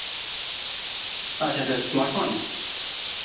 ᱟᱪᱪᱷᱟ ᱟᱪᱪᱷᱟ smart fan